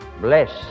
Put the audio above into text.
Bless